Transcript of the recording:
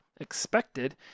expected